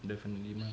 definitely lah